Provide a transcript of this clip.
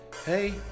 Hey